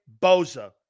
Boza